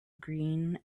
green